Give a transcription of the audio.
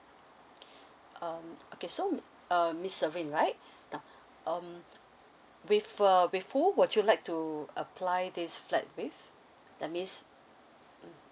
um okay so uh miss serene right now um with uh with who would you like to apply this flat with that means mm